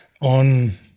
On